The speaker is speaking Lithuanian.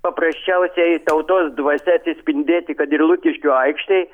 paprasčiausiai tautos dvasia atsispindėti kad ir lukiškių aikštėj